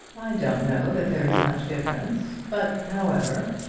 i don't know that there is much difference but, however